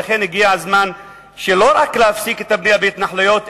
לכן הגיע הזמן לא רק להפסיק את הבנייה בהתנחלויות,